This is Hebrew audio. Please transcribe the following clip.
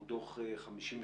הוא דוח 52ב',